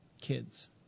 kids